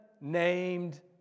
named